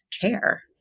care